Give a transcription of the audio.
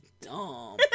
dumb